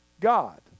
God